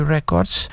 Records